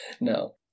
no